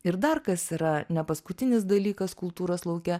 ir dar kas yra ne paskutinis dalykas kultūros lauke